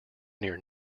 near